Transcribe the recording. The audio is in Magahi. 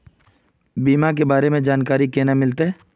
बीमा के बारे में जानकारी केना मिलते?